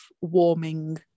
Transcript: warming